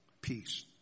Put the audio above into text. peace